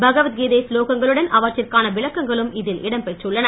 பகவத் கீதை சுலோகங்களுடன் அவற்றிற்கான விளக்கங்களும் இடம் இதில் பெற்றுள்ளன